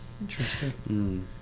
Interesting